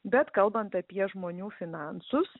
bet kalbant apie žmonių finansus